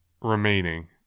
remaining